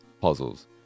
puzzles